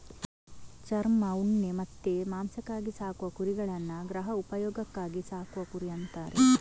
ಚರ್ಮ, ಉಣ್ಣೆ ಮತ್ತೆ ಮಾಂಸಕ್ಕಾಗಿ ಸಾಕುವ ಕುರಿಗಳನ್ನ ಗೃಹ ಉಪಯೋಗಕ್ಕಾಗಿ ಸಾಕುವ ಕುರಿ ಅಂತಾರೆ